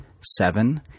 seven